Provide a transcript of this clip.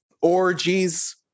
Orgies